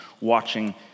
watching